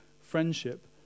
friendship